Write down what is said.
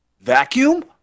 vacuum